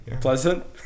pleasant